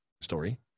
story